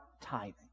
tithing